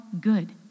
good